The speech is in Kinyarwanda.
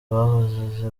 bahoze